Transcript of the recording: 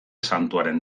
santuaren